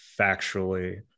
factually